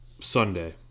Sunday